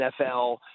NFL